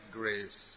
grace